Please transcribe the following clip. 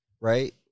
right